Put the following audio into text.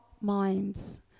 minds